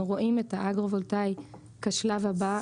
אנחנו רואים את האגרו-וולטאי כשלב הבא.